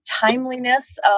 timeliness